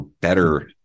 better